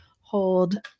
hold